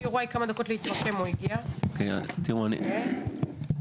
קודם כל,